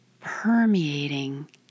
permeating